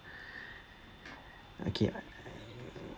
okay